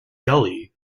gully